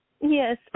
Yes